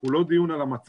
הוא לא דיון על המצב,